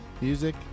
music